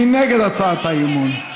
מי נגד הצעת האי-אמון?